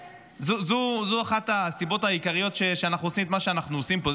זו אחת הסיבות העיקריות שאנחנו עושים את מה שאנחנו עושים פה.